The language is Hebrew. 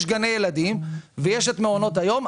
יש גני ילדים ויש את מעונות היום,